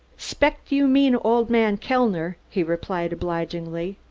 spect you mean old man kellner, he replied obligingly.